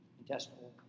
intestinal